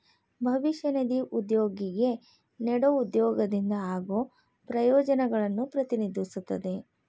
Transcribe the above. ಭವಿಷ್ಯ ನಿಧಿ ಉದ್ಯೋಗಿಗೆ ನೇಡೊ ಉದ್ಯೋಗದಿಂದ ಆಗೋ ಪ್ರಯೋಜನಗಳನ್ನು ಪ್ರತಿನಿಧಿಸುತ್ತದೆ